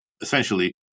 essentially